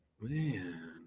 Man